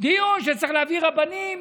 דיון שצריך להביא רבנים